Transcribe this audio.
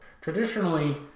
Traditionally